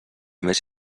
més